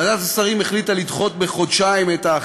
ועדת השרים החליטה לדחות את ההחלטה.